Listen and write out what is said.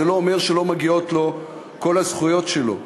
זה לא אומר שלא מגיעות לו כל הזכויות שלו.